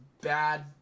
bad